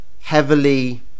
heavily